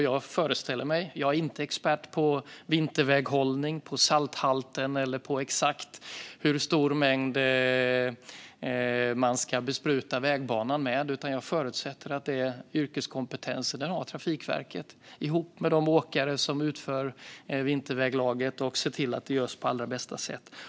Jag är inte expert på vinterväghållning och salthalter, och jag vet inte exakt hur stor mängd man ska bespruta vägbanor med. Detta förutsätter jag kräver yrkeskompetens, och det har Trafikverket. Ihop med åkare ser de till att de åtgärder som behövs vid vinterväglag genomförs på allra bästa sätt.